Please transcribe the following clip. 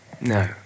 No